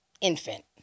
infant